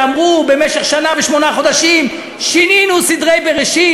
ואמרו: במשך שנה ושמונה חודשים שינינו סדרי בראשית,